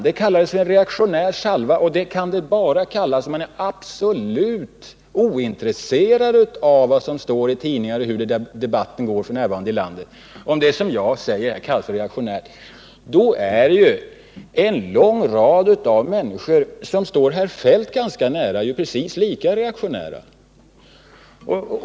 Det kallades en reaktionär salva, och det uttrycket kan man bara använda om man är absolut ointresserad av vad som står i tidningarna och hur debatten f. n. går ute i landet. Om det som jag säger skall kallas för reaktionärt, så är en lång rad av människor, som står herr Feldt ganska nära, precis lika reaktionära.